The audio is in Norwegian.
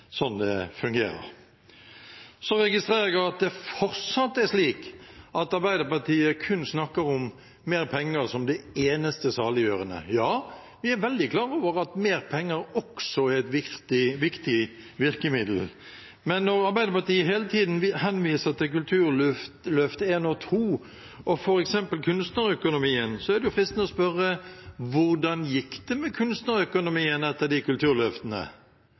sånn det fungerer. Så registrerer jeg at Arbeiderpartiet fortsatt snakker om mer penger som det eneste saliggjørende. Ja, vi er veldig klar over at mer penger også er et viktig virkemiddel, men når Arbeiderpartiet hele tiden henviser til Kulturløftet 1 og 2 og f.eks. kunstnerøkonomien, er det fristende å spørre: Hvordan gikk det med kunstnerøkonomien etter de kulturløftene?